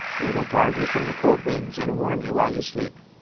they will guard you from the cold winds and warm you while you sleep.